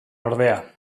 ordea